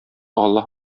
аллаһ